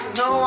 no